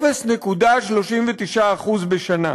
ב-0.39% בשנה.